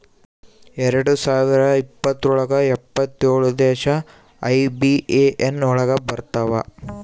ಎರಡ್ ಸಾವಿರದ ಇಪ್ಪತ್ರೊಳಗ ಎಪ್ಪತ್ತೇಳು ದೇಶ ಐ.ಬಿ.ಎ.ಎನ್ ಒಳಗ ಬರತಾವ